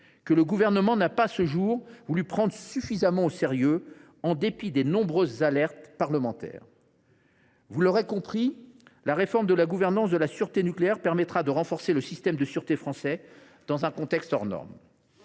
que le Gouvernement n’a pas, à ce jour, voulu prendre suffisamment au sérieux, en dépit de nombreuses alertes parlementaires. Vous l’aurez compris, mes chers collègues, la réforme de la gouvernance de la sûreté nucléaire permettra de renforcer le système de sûreté nucléaire français dans un contexte hors norme.